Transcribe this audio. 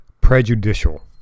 prejudicial